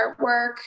artwork